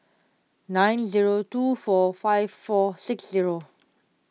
nine zero two four five four six zero